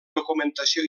documentació